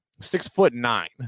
Six-foot-nine